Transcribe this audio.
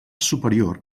superior